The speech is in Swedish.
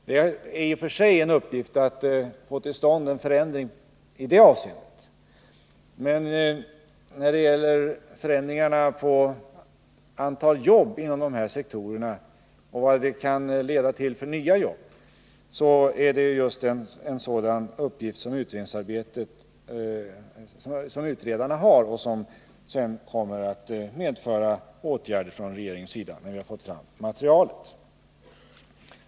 Det är i och för sig en uppgift att få till stånd en förändring i det avseendet. Men just frågan om antalet jobb inom dessa sektorer och vilka nya jobb som kan komma till är en uppgift som utredarna har. Utredningsmaterialet kommer sedan att föranleda åtgärder från regeringens sida.